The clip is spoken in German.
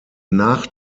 nach